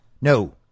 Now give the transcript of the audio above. no